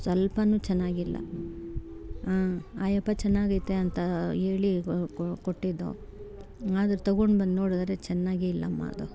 ಸ್ವಲ್ಪವೂ ಚೆನಾಗಿಲ್ಲ ಹಾಂ ಆ ಯಪ್ಪ ಚೆನ್ನಾಗೈತೆ ಅಂತ ಹೇಳಿ ಕೊಟ್ಟಿದ್ದು ಆದ್ರೆ ತೊಗೊಂಡು ಬಂದು ನೋಡಿದ್ರೆ ಚೆನ್ನಾಗೇ ಇಲ್ಲಮ್ಮ ಅದು